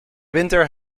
winter